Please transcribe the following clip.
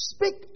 Speak